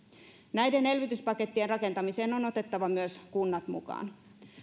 näiden elvytyspakettien rakentamiseen on otettava myös kunnat mukaan